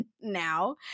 now